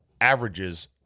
averages